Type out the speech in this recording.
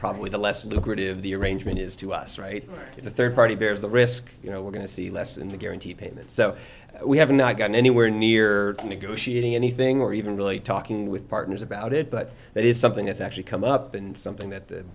probably the less lucrative the arrangement is to us right the rd party bears the risk you know we're going to see less in the guaranteed payment so we have not gotten anywhere near negotiating anything or even really talking with partners about it but that is something that's actually come up and something that the